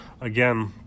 again